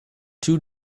two